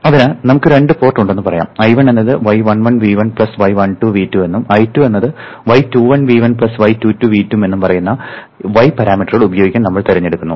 അതിനാൽ നമുക്ക് രണ്ട് പോർട്ട് ഉണ്ടെന്ന് പറയാം I1 എന്നത് y11 V1 y12 V2 എന്നും I2 എന്നത് y21 V1 y22 V2 എന്നും പറയുന്ന y പാരാമീറ്ററുകൾ ഉപയോഗിക്കാൻ നമ്മൾ തിരഞ്ഞെടുക്കുന്നു